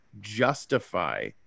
justify